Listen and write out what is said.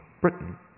Britain